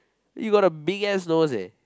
you got a bigass nose eh